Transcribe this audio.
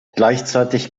gleichzeitig